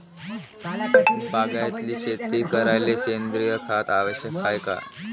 बागायती शेती करायले सेंद्रिय खत आवश्यक हाये का?